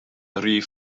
rif